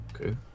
Okay